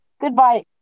Goodbye